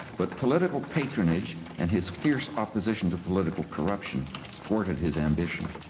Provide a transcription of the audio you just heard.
but political patronage, and his fierce opposition to political corruption thwarted his ambition.